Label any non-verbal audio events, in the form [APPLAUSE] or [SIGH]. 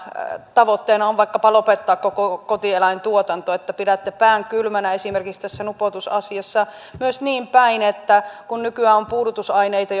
tavoitteena on vaikkapa lopettaa koko kotieläintuotanto että pidätte pään kylmänä esimerkiksi tässä nupoutusasiassa myös niinpäin että kun nykyään on puudutusaineita [UNINTELLIGIBLE]